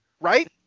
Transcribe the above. Right